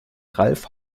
ralf